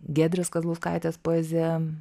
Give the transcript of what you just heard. giedrės kazlauskaitės poeziją